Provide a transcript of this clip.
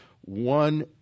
one